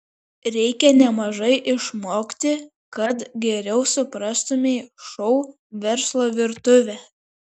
reikia nemažai išmokti kad geriau suprastumei šou verslo virtuvę